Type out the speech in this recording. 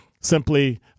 simply